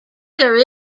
there